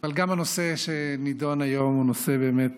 אבל גם הנושא שנדון היום הוא נושא שבאמת